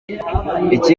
iki